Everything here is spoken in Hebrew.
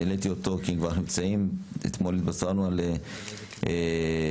העליתי אותו כי התבשרנו אתמול על סוגיית